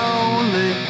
Lonely